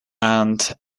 and